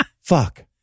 fuck